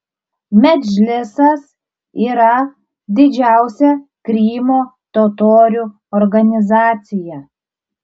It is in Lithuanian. medžlisas yra didžiausia krymo totorių organizacija